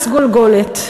מס גולגולת.